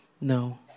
No